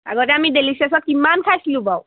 আগতে আমি ডেলিচিয়াছত কিমান খাইছিলোঁ বাৰু